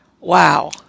wow